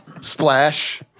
Splash